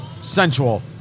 sensual